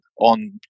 on